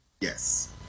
Yes